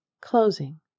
closing